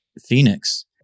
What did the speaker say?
Phoenix